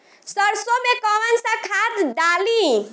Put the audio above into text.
सरसो में कवन सा खाद डाली?